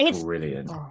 brilliant